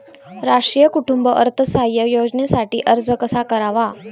राष्ट्रीय कुटुंब अर्थसहाय्य योजनेसाठी अर्ज कसा करावा?